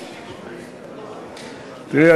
תראי,